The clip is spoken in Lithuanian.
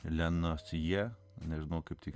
lena sija nežinau kaip tai